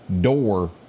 door